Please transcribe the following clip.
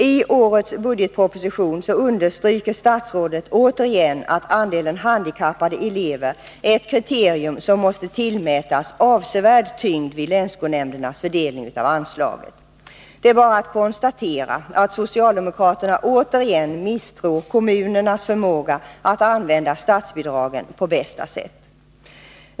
I årets budgetproposition understryker statsrådet återigen att andelen handikappade elever är ett kriterium som måste tillmätas avsevärd tyngd vid länsskolnämndernas fördelning av anslaget. Det är bara att konstatera att socialdemokraterna återigen misstror kommunernas förmåga att använda statsbidraget på bästa sätt.